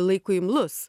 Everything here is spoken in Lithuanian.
laikui imlus